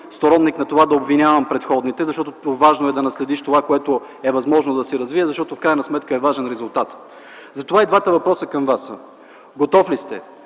сторонник на това да обвинявам предходните. По-важно е да наследиш това, което е възможно да се развие, защото в крайна сметка е важен резултатът. Затова и двата въпроса към Вас са: готов ли сте